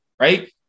right